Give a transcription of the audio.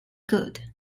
good